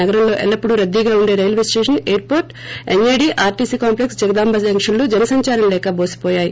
నగరంలో ఎల్లప్పుడు రద్దీగా ఉండే railway station airport NAD RTC complex Jagadamba junction లు జనసందారం లేక టోసిపోయాయి